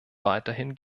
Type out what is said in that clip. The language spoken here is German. weiterhin